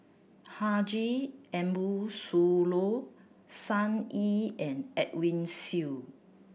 Haji Ambo Sooloh Sun Yee and Edwin Siew